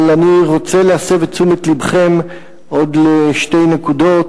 אבל אני רוצה להסב את תשומת לבכם עוד לשתי נקודות.